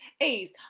ease